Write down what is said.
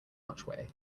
archway